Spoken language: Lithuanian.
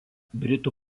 britų